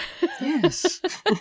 Yes